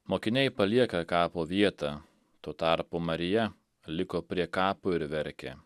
mokiniai palieka kapo vietą tuo tarpu marija liko prie kapo ir verkė